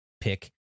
pick